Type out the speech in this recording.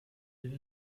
den